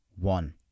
one